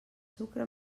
sucre